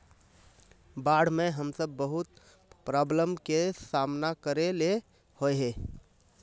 बाढ में हम सब बहुत प्रॉब्लम के सामना करे ले होय है?